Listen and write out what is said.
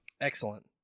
Excellent